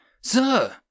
Sir